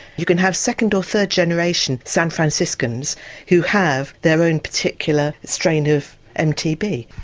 you can have second or third generation san franciscans who have their own particular strain of mtb.